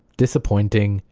disappointing.